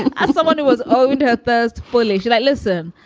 and um someone who has owed her thirst boiling that, listen,